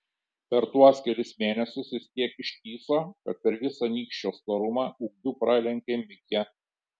per tuos kelis mėnesius jis tiek ištįso kad per visą nykščio storumą ūgiu pralenkė mikę